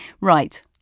Right